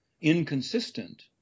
inconsistent